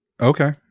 okay